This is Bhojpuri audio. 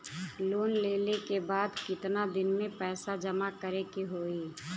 लोन लेले के बाद कितना दिन में पैसा जमा करे के होई?